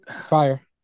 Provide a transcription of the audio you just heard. fire